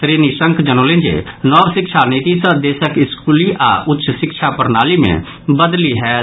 श्री निशंक जनौलनि जे नव शिक्षा नीति सँ देशक स्कूली आओर उच्च शिक्षा प्रणाली मे बदली होयत